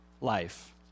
life